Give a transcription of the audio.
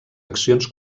accions